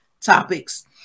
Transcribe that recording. topics